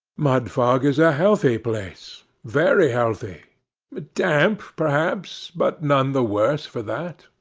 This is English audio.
mudfog is a healthy place very healthy damp, perhaps, but none the worse for that.